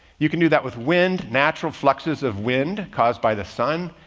you can do that with wind, natural fluxes of wind caused by the sun.